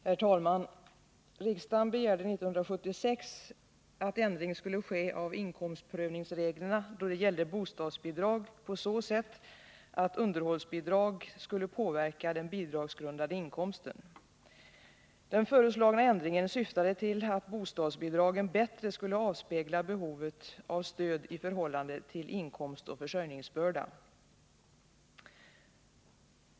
Herr talman! Riksdagen begärde 1976 att ändring skulle ske av inkomstprövningsreglerna då det gällde bostadsbidrag på så sätt att underhållsbidrag skulle påverka den bidragsgrundande inkomsten. Den föreslagna ändringen syftade till att bostadsbidragen bättre skulle avspegla behovet av stöd i förhållande till inkomst och försörjningsbörda.